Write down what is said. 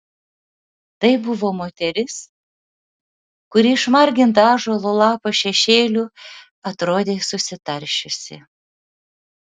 tai buvo moteris kuri išmarginta ąžuolo lapo šešėlių atrodė susitaršiusi